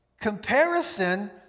Comparison